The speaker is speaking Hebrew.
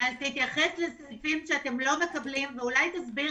תתייחס לסעיפים שאתם לא מקבלים ואולי תסביר